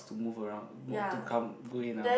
to move around to come go in and out ah